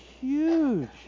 huge